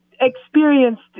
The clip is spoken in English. experienced